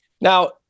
Now